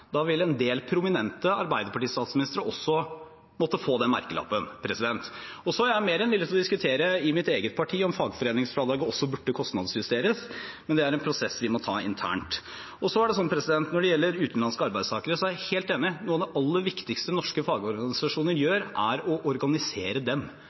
en del prominente Arbeiderparti-statsministre også måtte få den merkelappen. Jeg er mer enn villig til å diskutere i mitt eget parti om fagforeningsfradraget også burde kostnadsjusteres, men det er en prosess vi må ta internt. Når det gjelder utenlandske arbeidstakere, er jeg helt enig; noe av det aller viktigste norske fagorganisasjoner gjør, er å organisere dem,